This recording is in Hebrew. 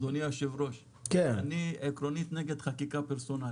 אדוני היושב-ראש, אני עקרונית נגד חקיקה פרסונלית.